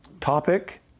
Topic